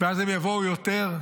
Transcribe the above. ואז יבואו יותר,